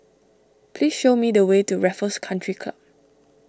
please show me the way to Raffles Country Club